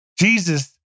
Jesus